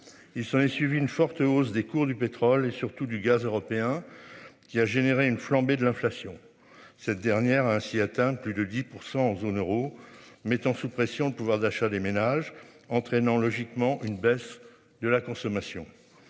ils sont un suivi une forte hausse des cours du pétrole et surtout du gaz européen qui a généré une flambée de l'inflation. Cette dernière a ainsi atteint plus de 10% en zone euro, mettant sous pression le pouvoir d'achat des ménages entraînant logiquement une baisse de la consommation.